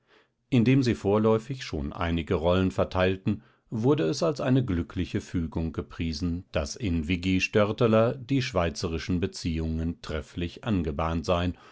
indem sie vorläufig schon einige rollen verteilten wurde es als eine glückliche fügung gepriesen daß in viggi störteler die schweizerischen beziehungen trefflich angebahnt seien